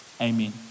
amen